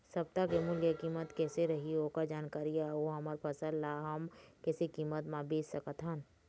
सप्ता के मूल्य कीमत कैसे रही ओकर जानकारी अऊ हमर फसल ला हम कैसे कीमत मा बेच सकत हन?